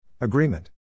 Agreement